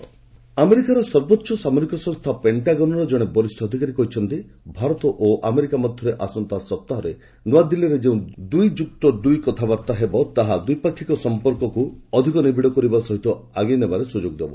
US India ଆମେରିକାର ସର୍ବୋଚ୍ଚ ସାମରିକ ସଂସ୍ଥା ପେଣ୍ଟାଗନ୍ର ଜଣେ ବରିଷ ଅଧିକାରୀ କହିଛନ୍ତି ଭାରତ ଓ ଆମେରିକା ମଧ୍ୟରେ ଆସନ୍ତା ସପ୍ତାହରେ ନୂଆଦିଲ୍ଲୀରେ ଯେଉଁ ଦୁଇ ଯୁକ୍ତ ଦୁଇ କଥାବାର୍ତ୍ତା ହେବ ତାହା ଦ୍ୱିପାକ୍ଷିକ ସମ୍ପର୍କକୁ ଅଧିକ ନିବିଡ଼ କରିବା ସହ ଆଗେଇ ନେବାରେ ସୁଯୋଗ ଦେବ